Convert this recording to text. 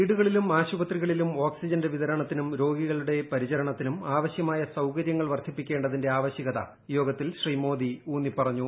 വീട്ടിലും ആശുപത്രികളിലും ഓക്സിജന്റെ വിതരണത്തിനും രോഗികളുടെ പരിചരണത്തിനും ആവശൃമായ സൌകരൃങ്ങൾ വർദ്ധിപ്പിക്കേ ണ്ടതിന്റെ ആവശ്യകത യോഗത്തിൽ ശ്രീ മോദി ഉൌന്നിപ്പറഞ്ഞു